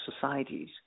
societies